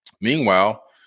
Meanwhile